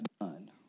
done